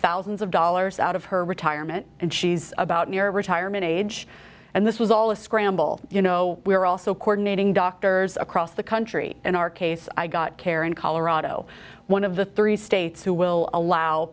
thousands of dollars out of her retirement and she's about near retirement age and this was all a scramble you know we're also coordinating doctors across the country in our case i got care in colorado one of the three states who will allow